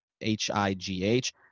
H-I-G-H